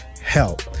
help